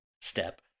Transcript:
Step